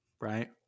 right